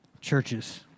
churches